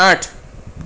આઠ